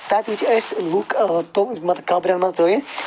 تَتہِ وٕچھ أسۍ لُکھ تِم مطلب قبرٮ۪ن منٛز ترٛٲوِتھ